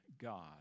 God